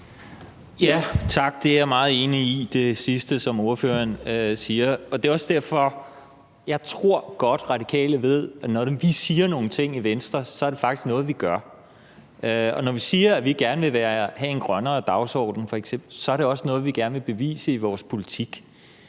sagde, er jeg meget enig i. Det er også derfor, at jeg godt tror, at De Radikale ved, at når vi siger nogle ting i Venstre, er det faktisk også noget, vi gør. Og når vi siger, at vi f.eks. gerne vil have en grønnere dagsorden, er det også noget, vi gerne vil vise i vores politik.